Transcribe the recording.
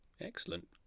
Excellent